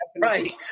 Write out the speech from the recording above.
Right